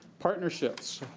partnerships.